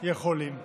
יכולים.